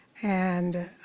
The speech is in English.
and